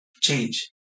change